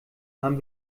haben